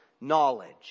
knowledge